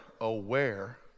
aware